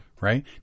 right